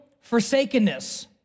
forsakenness